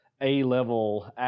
A-level